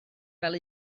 fel